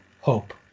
hope